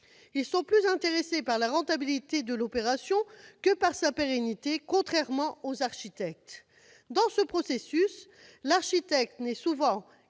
Ils sont plus intéressés par la rentabilité de l'opération que par sa pérennité, contrairement aux architectes. Dans ce processus, l'architecte ne tient souvent